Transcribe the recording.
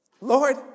Lord